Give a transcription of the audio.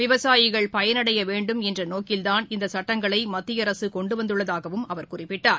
விவசாயிகள் பயனடைய வேன்டும் என்ற நோக்கில்தான் இந்த சட்டங்களை மத்திய அரசு கொன்டு வந்துள்ளதாகவும் அவர் குறிப்பிட்டார்